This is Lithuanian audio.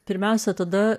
pirmiausia tada